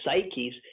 psyches